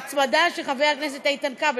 והצמדה של חבר הכנסת איתן כבל,